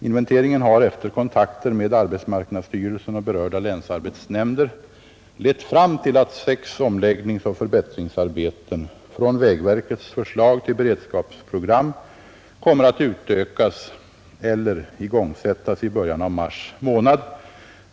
Inventeringen har efter kontakter med arbetsmarknadsstyrelsen och berörda länsarbetsnämnder lett fram till att sex omläggningsoch förbättringsarbeten från vägverkets förslag till beredskapsprogram kommer att utökas eller igångsättas i början av mars månad.